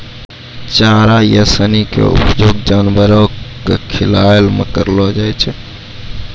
चारा या सानी के उपयोग जानवरों कॅ खिलाय मॅ करलो जाय छै